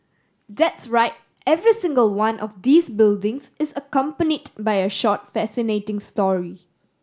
that's right every single one of these buildings is accompanied by a short fascinating story